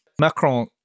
Macron